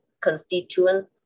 constituents